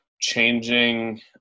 changing